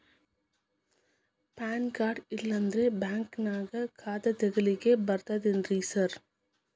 PAN card ಇಲ್ಲಂದ್ರ ಬ್ಯಾಂಕಿನ್ಯಾಗ ಖಾತೆ ತೆಗೆಲಿಕ್ಕಿ ಬರ್ತಾದೇನ್ರಿ ಸಾರ್?